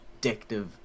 addictive